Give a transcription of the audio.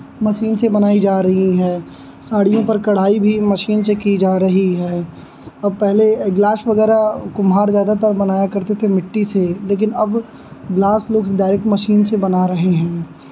machine से बनाई जा रही है साड़ियों पर कढ़ाई भी मशीन से की जा रही है अब पहले गिलास वगैरह कुम्हार ज़्यादातर बनाया करते थे मिट्टी से लेकिन अब ग्लास लोग डायरेक्ट मशीन से बना रहे हैं